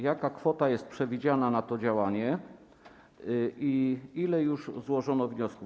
Jaka kwota jest przewidziana na to działanie i ile już złożono wniosków?